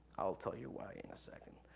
i'll tell you why in a second.